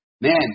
Man